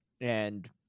and-